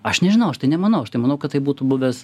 aš nežinau aš tai nemanau aš tai manau kad tai būtų buvęs